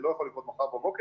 זה לא יכול לקרות מחר בבוקר.